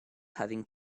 having